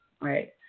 right